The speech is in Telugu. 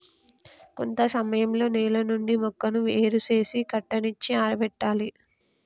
కొంత సమయంలో నేల నుండి మొక్కను ఏరు సేసి కట్టనిచ్చి ఆరబెట్టాలి